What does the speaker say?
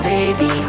Baby